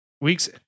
Weeks